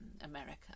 America